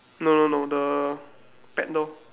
no no no the pet dog